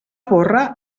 borra